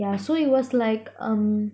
yeah so it was like um